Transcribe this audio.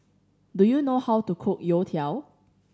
do you know how to cook youtiao